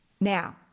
Now